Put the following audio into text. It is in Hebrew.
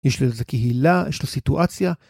יש לזה קהילה, יש לו סיטואציה.